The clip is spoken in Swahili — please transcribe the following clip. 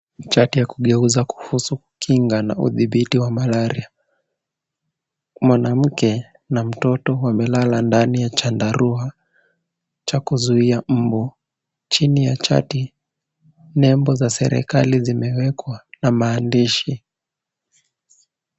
Chati ya kuboresha uelewa kuhusu kinga na udhibiti wa malaria. Mwanamke na mtoto wamelala ndani ya chandarua. Chini ya chati, kuna picha za mbu pamoja na maandishi kutoka serikalini.